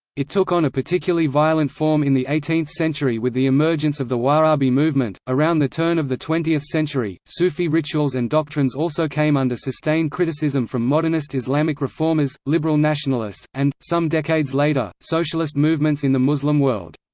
it took on a particularly violent form in the eighteenth century with the emergence of the wahhabi movement around the turn of the twentieth century, sufi rituals and doctrines also came under sustained criticism from modernist islamic reformers, liberal nationalists, and, some decades later, socialist movements in the muslim world.